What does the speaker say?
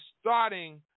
starting